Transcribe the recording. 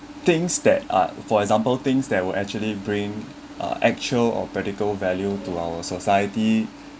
things that are for example things that would actually bring uh actual or practical value to our society